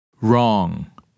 Wrong